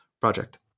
project